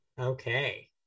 Okay